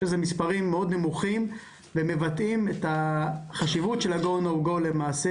אלה מספרים מאוד נמוכים ומבטאים את החשיבות של ה-Go / No Go למעשה.